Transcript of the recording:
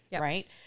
Right